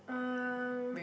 um